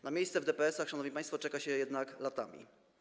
Na miejsce w DPS-ach, szanowni państwo, czeka się jednak latami.